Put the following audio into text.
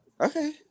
okay